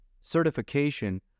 certification